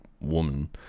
woman